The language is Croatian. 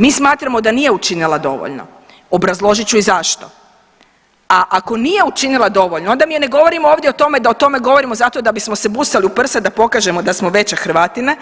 Mi smatramo da nije učinila dovoljno, obrazložit ću i zašto, a ako nije učinila dovoljno onda mi ne govorimo ovdje o tome da o tome govorimo zato da bismo se busali u prsa da pokažemo da smo veće hrvatine